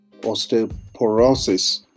osteoporosis